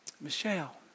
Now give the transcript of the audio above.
Michelle